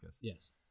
Yes